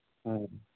ہوں